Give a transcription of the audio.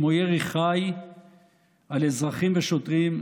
כמו ירי חי על אזרחים ושוטרים,